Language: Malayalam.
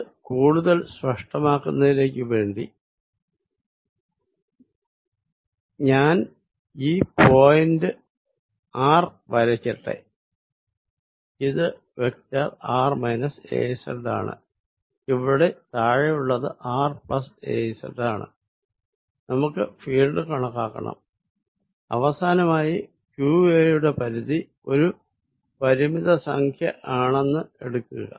ഇത് കൂടുതൽ സ്പഷ്ടമാക്കുന്നതിനായി ഞാൻ ഈ പോയിന്റ് r വരയ്ക്കട്ടെ ഇത് വെക്ടർ r az ആണ് ഇവിടെ താഴെയുള്ളത് r az ആണ് നമുക്ക് ഈ ഫീൽഡ് കണക്കാക്കണം അവസാനമായി qa യുടെ പരിധി ഒരു പരിമിത സംഖ്യ ആണെന്ന് എടുക്കുക